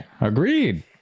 Agreed